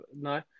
no